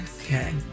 Okay